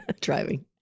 driving